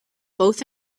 both